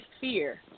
fear